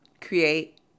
create